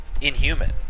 inhuman